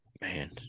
man